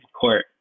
court